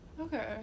Okay